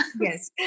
Yes